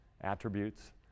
attributes